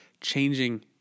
changing